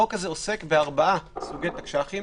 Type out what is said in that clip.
החוק הזה עוסק בארבעה סוגי תקש"חים,